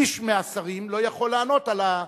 איש מהשרים לא יכול לענות על,